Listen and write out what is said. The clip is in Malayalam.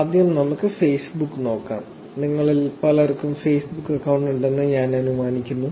ആദ്യം നമുക്ക് ഫേസ്ബുക്ക് നോക്കാം നിങ്ങളിൽ പലർക്കും ഫേസ്ബുക്കിൽ അക്കൌണ്ട് ഉണ്ടെന്ന് ഞാൻ അനുമാനിക്കുന്നു